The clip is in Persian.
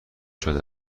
شده